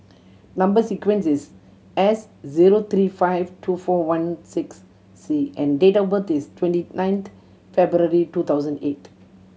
number sequence is S zero three five two four one six C and date of birth is twenty nine February two thousand eight